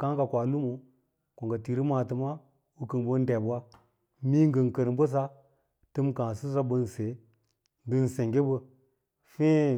Káá ngə koa lumu ngə tiri maatəma u kə ngə ɓən dib'wa nee ngən kər bəsa, təm káá səba bən seye ngən sengge ɓa téé,